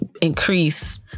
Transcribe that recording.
Increase